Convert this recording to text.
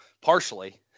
partially